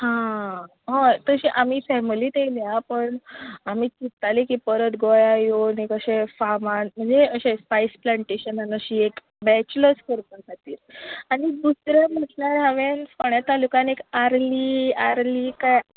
हां हय तशें आमी फेमिलीच येयल्या बट आमी चिंत्तालीं की परत गोंयां येवन एक अशें फार्म हाउस म्हणजे अशें स्पायस प्लानटेशन अशी एक बेचलर्स करपा खातीर आनी दुसरें म्हणल्यार हांवें फोंड्या तालुक्यांत एक आर्ली आर्ली काय